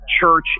church